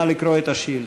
נא לקרוא את השאילתה.